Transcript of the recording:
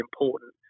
important